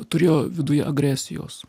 turėjo viduje agresijos